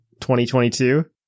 2022